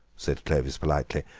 said clovis politely,